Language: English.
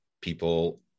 people